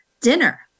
dinner